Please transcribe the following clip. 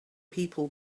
people